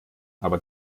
aber